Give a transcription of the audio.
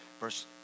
Verse